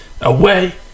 away